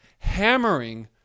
hammering